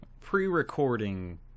pre-recording